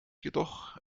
jedoch